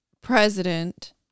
president